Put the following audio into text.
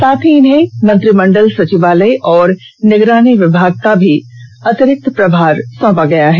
साथ ही इन्हें मंत्रिमंडल सचिवालय और निगरानी विभाग का भी अतिरिक्त प्रभार सौंपा गया है